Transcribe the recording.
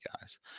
guys